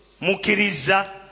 Mukiriza